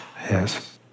Yes